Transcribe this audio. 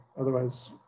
Otherwise